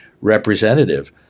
representative